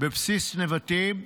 בבסיס נבטים.